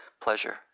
pleasure